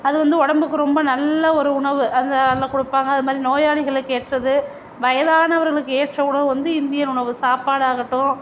அது வந்து உடம்புக்கு ரொம்ப நல்ல ஒரு உணவு அந்த அதலா கொடுப்பாங்க அது மாதிரி நோயாளிகளுக்கு ஏற்றது வயதானவர்களுக்கு ஏற்ற உணவு வந்து இந்தியன் உணவு சாப்பாடாகட்டும்